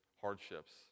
hardships